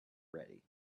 ready